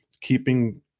keeping